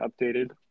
updated